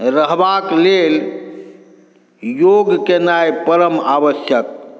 रहबाके लेल योग केनाइ परम आवश्यक